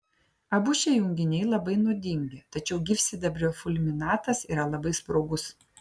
abu šie junginiai labai nuodingi tačiau gyvsidabrio fulminatas yra labai sprogus